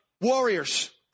warriors